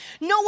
No